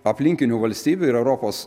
aplinkinių valstybių ir europos